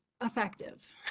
effective